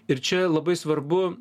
ir čia labai svarbu